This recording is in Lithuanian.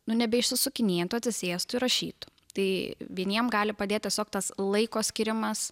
nu nebeišsisukinėtų atsisėstų ir rašytų tai vieniem gali padėt tiesiog tas laiko skyrimas